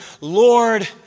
Lord